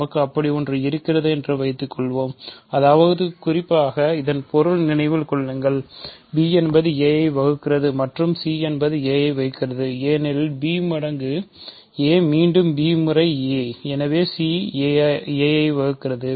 நமக்கு அப்படி ஒன்று இருக்கிறது என்று வைத்துக்கொள்வோம் அதாவது குறிப்பாக இதன் பொருள் நினைவில் கொள்ளுங்கள் b என்பது a ஐ வகுக்கிறது மற்றும் c என்பது a ஐ வகுக்கிறது ஏனெனில் b மடங்கு aமீண்டும் b முறை a எனவே c ஐ a வகுக்கிறது